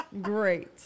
great